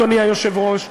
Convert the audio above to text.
אדוני היושב-ראש,